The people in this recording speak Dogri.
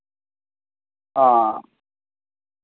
हां